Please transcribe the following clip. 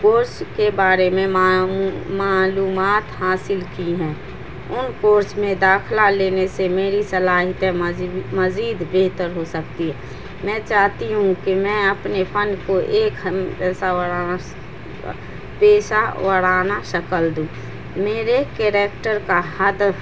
course کے بارے میں معلومات حاصل کی ہیں ان کورس میں داخلہ لینے سے میری صلاحیتیں مزید بہتر ہو سکتی ہے میں چاہتی ہوں کہ میں اپنے فن کو ایک پیسہ پیشہ ورانا شکل دوں میرے کریکٹر کا حد